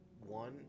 one